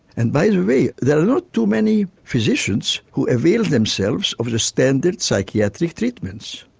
and by the way there are not too many physicians who avail themselves of the standard psychiatric treatments.